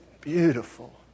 beautiful